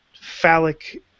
phallic